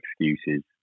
excuses